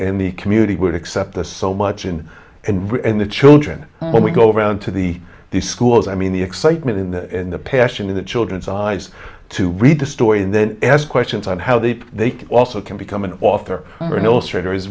in the community would accept the so much and in the children when we go around to the these schools i mean the excitement in the in the passion of the children's eyes to read the story and then ask questions on how the they also can become an author or an illustrator is